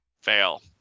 Fail